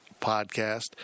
podcast